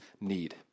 need